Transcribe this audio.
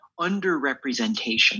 underrepresentation